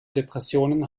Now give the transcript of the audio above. depressionen